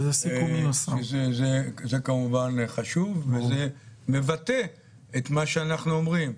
זה כמובן חשוב ומבטא את מה שאנחנו אומרים,